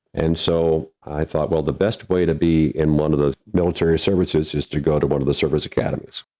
and so, i thought, well, the best way to be in one of the military services is to go to one of the service academies.